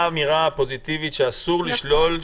אמירה פוזיטיבית על ידי משרד החינוך,